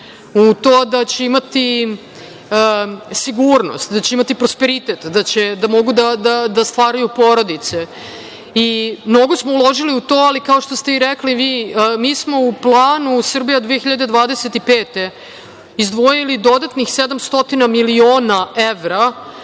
u to da će imati sigurnost, da će imati prosperitet, da mogu da stvaraju porodice i mnogo smo uložili u to. Kao što ste i rekli vi, mi smo u planu „Srbija 2025“ izdvojili dodatnih 700 miliona evra,